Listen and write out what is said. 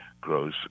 grows